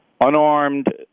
unarmed